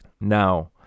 Now